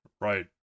Right